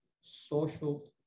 social